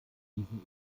diesen